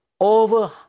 over